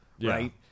right